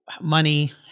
money